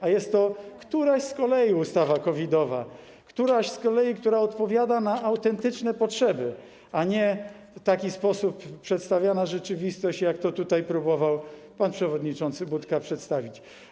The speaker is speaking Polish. A jest to któraś z kolei ustawa COVID-owa, któraś z kolei, która odpowiada na autentyczne potrzeby, a nie - w taki sposób przedstawiana rzeczywistość, jak to tutaj próbował pan przewodniczący Budka przedstawić.